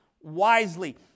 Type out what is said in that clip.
wisely